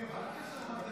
מה הקשר של התימנים?